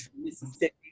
Mississippi